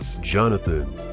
Jonathan